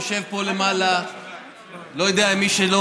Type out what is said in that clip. יושב פה אלכס פרידמן,